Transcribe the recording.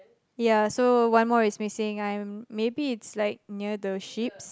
ya so one more is missing I'm maybe it's like near the sheep's